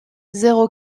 zéro